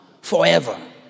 forever